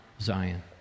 Zion